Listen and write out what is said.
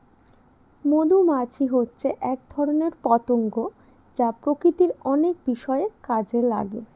মধুমাছি হচ্ছে এক ধরনের পতঙ্গ যা প্রকৃতির অনেক বিষয়ে কাজে লাগে